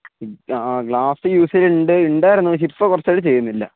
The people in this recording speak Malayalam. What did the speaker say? ഹമ് ആ ആ ഗ്ലാസ് യൂസ് ചെയ്യൽ ഉണ്ട് ഉണ്ടായിരുന്നു പക്ഷേ ഇപ്പോൾ കുറച്ചായിട്ട് ചെയ്യുന്നില്ല